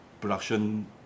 production